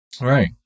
right